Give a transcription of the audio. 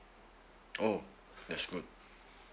oh that's good